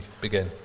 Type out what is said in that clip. begin